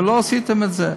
ולא עשיתם את זה.